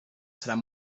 seran